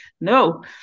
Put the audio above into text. no